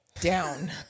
down